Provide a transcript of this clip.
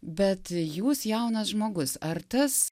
bet jūs jaunas žmogus ar tas